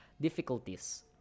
difficulties